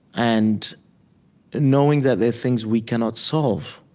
and knowing that there are things we cannot solve.